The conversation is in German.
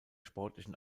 sportlichen